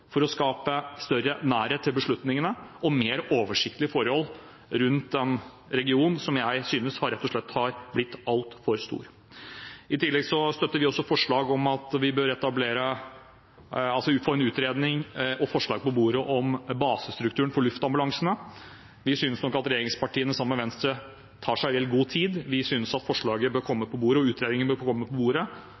for å skape større nærhet til beslutningene og mer oversiktlige forhold rundt en region som jeg synes rett og slett har blitt altfor stor. I tillegg støtter vi også forslag om å få en utredning og forslag på bordet om basestrukturen for luftambulansene. Vi synes nok at regjeringspartiene sammen med Venstre tar seg vel god tid. Vi synes at forslaget og utredningen bør komme på bordet